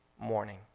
morning